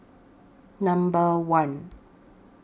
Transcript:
Number one